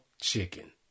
chicken